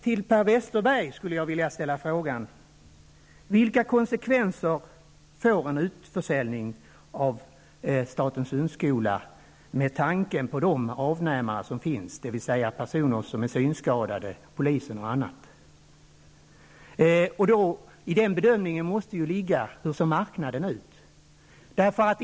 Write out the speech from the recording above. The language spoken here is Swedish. Till Per Westerberg skulle jag vilja ställa frågan: Vilka konsekvenser får en utförsäljning av statens hundskola med tanke på de avnämare som finns, dvs. personer som är synskadade, polisen, m.m.? För att svara på det måste man bedöma hur marknaden ser ut.